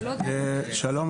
י.ש.: שלום,